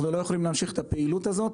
אנחנו לא יכולים להמשיך את הפעילות הזו.